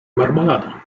marmolada